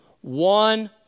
One